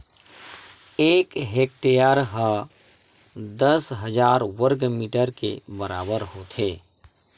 एक हेक्टेअर हा दस हजार वर्ग मीटर के बराबर होथे